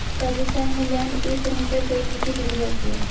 राजस्थान में land imprinter से ही मिट्टी ढीली होती है